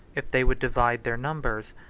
if they would divide their numbers,